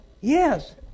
Yes